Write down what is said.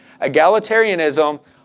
Egalitarianism